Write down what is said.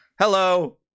hello